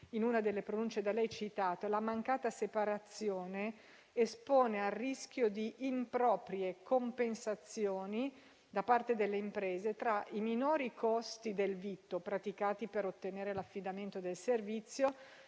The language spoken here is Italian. in una delle pronunce da lei citate, la mancata separazione espone al rischio di «improprie compensazioni, da parte delle imprese, tra i minori costi del vitto (praticati per ottenere l'affidamento del servizio)